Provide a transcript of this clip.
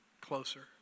closer